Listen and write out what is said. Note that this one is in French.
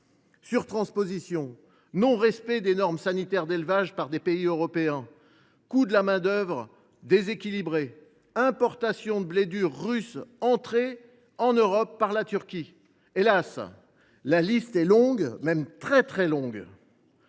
Surtransposition, non respect des normes sanitaires d’élevage par certains pays européens, coût de la main d’œuvre déséquilibré, importations de blé dur russe, entré en Europe par la Turquie… Hélas ! la liste est longue, et même très longue.